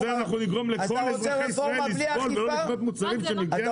ובגלל זה נגרום לכל אזרחי ישראל לסבול ולא לקנות מוצרים שמגיעים להם?